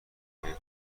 برای